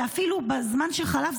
אפילו בזמן שחלף,